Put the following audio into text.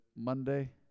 monday